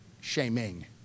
shaming